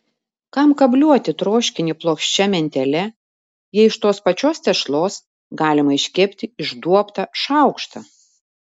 kam kabliuoti troškinį plokščia mentele jei iš tos pačios tešlos galima iškepti išduobtą šaukštą